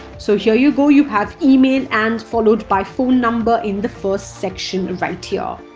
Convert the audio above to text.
so here you go you have email and followed by phone number in the first section right here.